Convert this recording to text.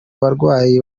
barwayi